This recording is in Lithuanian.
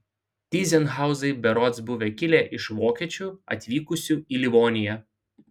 tyzenhauzai berods buvo kilę iš vokiečių atvykusių į livoniją